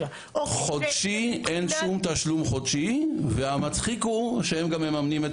אין שום תשלום חודשי והמצחיק הוא שהם גם מממנים את